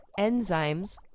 enzymes